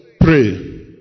Pray